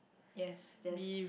yes yes